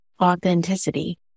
authenticity